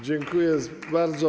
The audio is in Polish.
Dziękuję bardzo.